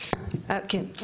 כן,